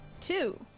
two